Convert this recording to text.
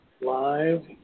live